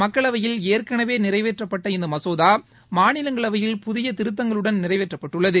மக்களவையில் ஏற்களவே நிறைவேற்றப்பட்ட இந்த மசோதா மாநிலங்களவையில் புதிய திருத்தங்களுடன் நிறைவேற்றப்பட்டுள்ளது